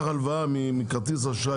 אתה לוקח הלוואה מחברות כרטיסי אשראי